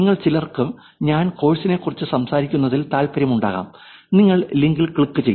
നിങ്ങളിൽ ചിലർക്ക് ഞാൻ കോഴ്സിനെക്കുറിച്ച് സംസാരിക്കുന്നതിൽ താൽപ്പര്യമുണ്ടാകാം നിങ്ങൾ ലിങ്കിൽ ക്ലിക്ക് ചെയ്യും